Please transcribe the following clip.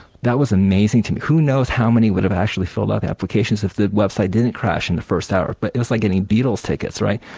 that was amazing who knows how many would have actually filled out applications if the website didn't crash in the first hour. but it was like getting beatles tickets, right?